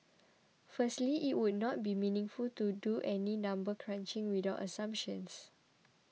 firstly it would not be meaningful to do any number crunching without assumptions